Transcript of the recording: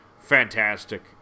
fantastic